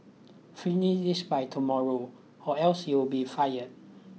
finish this by tomorrow or else you'll be fired